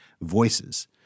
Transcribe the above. voices